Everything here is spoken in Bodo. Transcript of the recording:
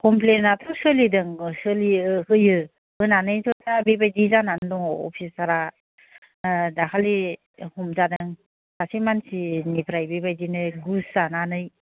कमफ्लेनाथ' सोलिदों सोलियो होयो होनानैथ' दा बेबायदि जानानै दं अफिसारा दाखालि हमजादों सासे मानसि निफ्राय बेबादिनो गुस जानानै